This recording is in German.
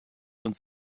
uns